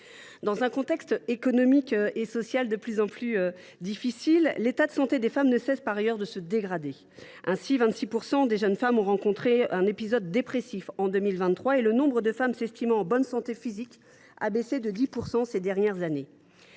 dans un contexte économique et social de plus en plus difficile, l’état de santé des femmes ne cesse de se dégrader. Ainsi, 26 % des jeunes femmes ont connu un épisode dépressif en 2023, et le nombre de femmes s’estimant en bonne santé physique a baissé de 10 % ces dernières années.